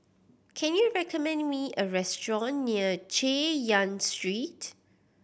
can you recommend me a restaurant near Chay Yan Street